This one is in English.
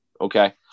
Okay